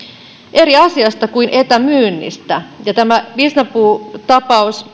eri asiasta kuin etämyynnistä tämä visnapuu tapaus ei